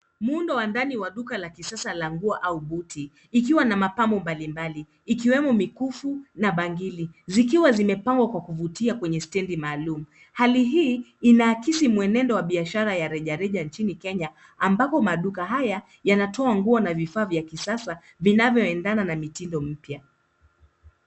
Muundo wa ndani wa duka la kisasa la nguo au buti ikiwa na mapambo mbalimbali ikiwemo mikufu na bangili zikiwa zimepangwa kwa kuvutia kwenye stendi maalum. Hali hii inaakisi mwenendo wa biashara ya rejareja nchini Kenya ambapo maduka haya yanatoa nguo na vifaa vya kisasa vinavyo endana na mtindo mpya.